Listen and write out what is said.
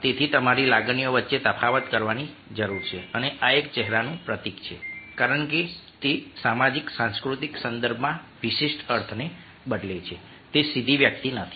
તેથી તમારે લાગણીઓ વચ્ચે તફાવત કરવાની જરૂર છે અને આ એક ચહેરાનું પ્રતીક છે કારણ કે તે સામાજિક સાંસ્કૃતિક સંદર્ભમાં વિશિષ્ટ અર્થને બદલે છે તે સીધી અભિવ્યક્તિ નથી